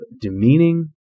demeaning